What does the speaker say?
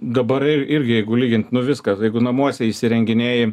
dabar ir irgi jeigu lygint nu viskas jeigu namuose įsirenginėji